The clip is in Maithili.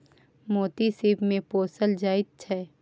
मोती सिप मे पोसल जाइ छै